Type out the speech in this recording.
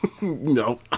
no